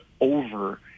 over